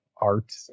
art